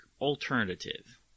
Alternative